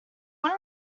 what